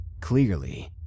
Clearly